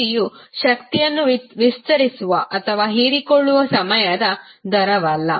ಶಕ್ತಿಯು ಶಕ್ತಿಯನ್ನು ವಿಸ್ತರಿಸುವ ಅಥವಾ ಹೀರಿಕೊಳ್ಳುವ ಸಮಯದ ದರವಲ್ಲ